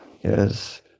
yes